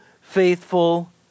faithful